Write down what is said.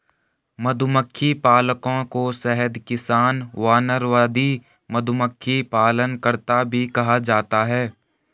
मधुमक्खी पालकों को शहद किसान, वानरवादी, मधुमक्खी पालनकर्ता भी कहा जाता है